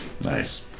Nice